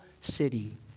city